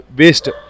waste